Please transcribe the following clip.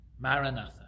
Maranatha